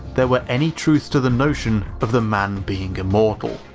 there were any truth to the notion of the man being immortal.